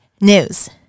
news